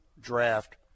draft